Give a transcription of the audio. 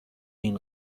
این